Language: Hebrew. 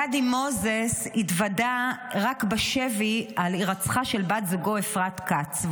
גדי מוזס התוודע רק בשבי להירצחה של בת זוגו אפרת כץ,